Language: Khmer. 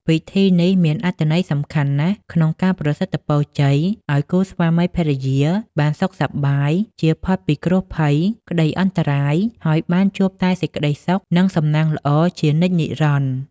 ពិធីនេះមានអត្ថន័យសំខាន់ណាស់ក្នុងការប្រសិទ្ធិពរជ័យឱ្យគូស្វាមីភរិយាបានសុខសប្បាយ ចៀសផុតពីគ្រោះភ័យ ក្តីអន្តរាយ ហើយបានជួបតែសេចក្តីសុខ និងសំណាងល្អជានិច្ចនិរន្តរ៍ ។